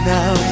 Now